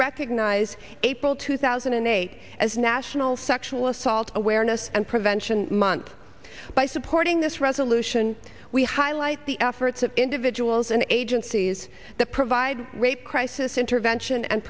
recognize april two thousand and eight as national sexual assault awareness and prevention month by supporting this resolution we highlight the efforts of individuals and agencies that provide rape crisis intervention and